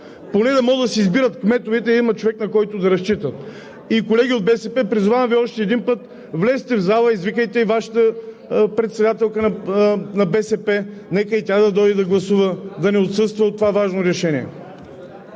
поне да могат да си избират кметовете и да имат човек, на който да разчитат. Колеги от БСП, призовавам Ви още един път – влезте в залата, извикайте и Вашата председателка – на БСП, нека и тя да дойде да гласува, да не отсъства от това важно решение.